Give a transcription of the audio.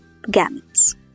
gametes